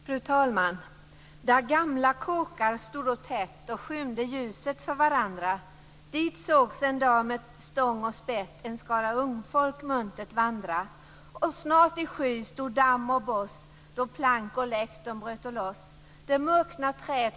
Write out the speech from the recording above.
Fru talman! Där gamla kåkar stodo tätt Och skymde ljuset för varandra Dit sågs en dag med stång och spett. En skara ungfolk muntert vandra Och snart i sky De bröto loss.